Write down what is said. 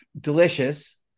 delicious